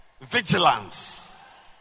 vigilance